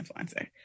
influencer